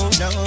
no